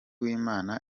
uwimana